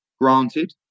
granted